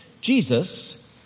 Jesus